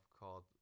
called